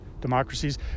democracies